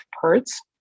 parts